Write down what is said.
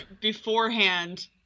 beforehand